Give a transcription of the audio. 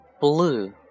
Blue